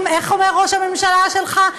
איך אומר ראש הממשלה שלך?